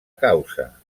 causa